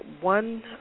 one